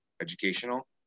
educational